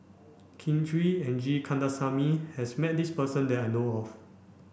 Kin Chui and G Kandasamy has met this person that I know of